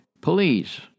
please